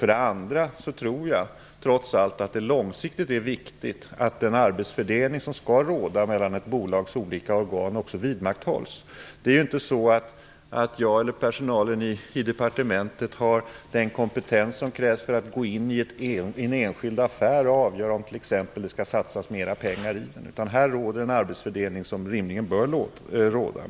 För det andra tror jag trots allt att det långsiktigt är viktigt att den arbetsfördelning som skall råda mellan ett bolags olika organ vidmakthålls. Det är ju inte så, att jag eller personalen i departementet har den kompetens som krävs för att gå in i en enskild affär och avgöra om det t.ex. skall satsas mera pengar, utan här råder en arbetsfördelning som rimligen bör råda.